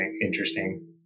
interesting